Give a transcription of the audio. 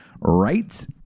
right